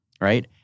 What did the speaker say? Right